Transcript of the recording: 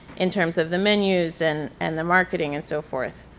in terms of the menus and and the marketing and so forth.